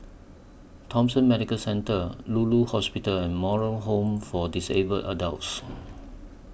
Thomson Medical Centre Lulu Hospital and Moral Home For Disabled Adults